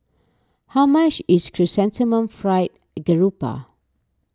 how much is Chrysanthemum Fried Garoupa